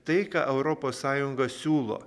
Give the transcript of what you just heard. tai ką europos sąjunga siūlo